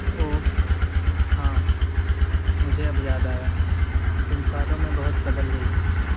اوہ ہاں مجھے اب یاد آیا تم سالوں میں بہت بدل گئی ہو